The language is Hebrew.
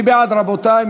מי בעד, רבותי?